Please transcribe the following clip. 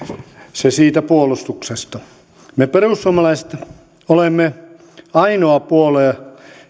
se siitä puolustuksesta me perussuomalaiset olemme ainoa puolue